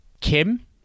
Kim